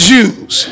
Jews